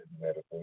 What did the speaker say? medical